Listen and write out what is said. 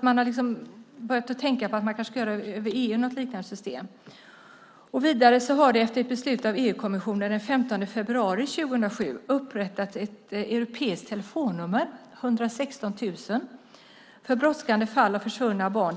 Man har alltså börjat tänka på att man skulle kunna införa ett sådant system i EU. Vidare har det efter ett beslut av EU-kommissionen den 15 februari 2007 upprättats ett europeiskt telefonnummer, 116 000, för brådskande fall med försvunna barn.